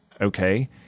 okay